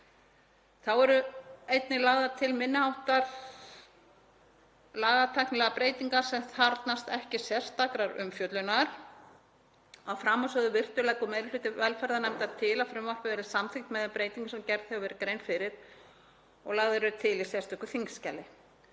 Þá eru lagðar til minni háttar lagatæknilegar breytingar sem þarfnast ekki sérstakrar umfjöllunar. Að framansögðu virtu leggur meiri hluti velferðarnefndar til að frumvarpið verði samþykkt með þeim breytingum sem gerð hefur verið grein fyrir og lagðar eru til í sérstöku þingskjali.